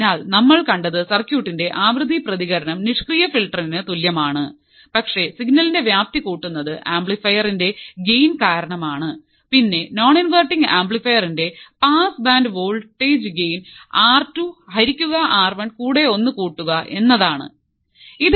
അതിനാൽ നമ്മൾ കണ്ടത് സർക്യൂട്ടിന്റെ ആവൃത്തി പ്രതികരണം നിഷ്ക്രിയ ഫിൽട്ടറിന് തുല്യമാണ്പക്ഷേ സിഗ്നലിന്റെ വ്യാപ്തി കൂട്ടുന്നത് ആംപ്ലിഫയറിന്റെ ഗെയ്ൻ കാരണം ആണ് പിന്നേ നോൺ ഇൻവെർട്ടിങ് ആംപ്ലിഫയർ ഇന്റെ pass band voltage gain R two ഹരികുക ആർ വൺ കൂടെ ഒന്ന് കൂട്ടുക എന്നതാണ് ആണ്